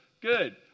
Good